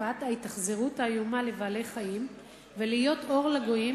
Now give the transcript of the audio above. תופעת ההתאכזרות האיומה לבעלי-חיים ולהיות אור לגויים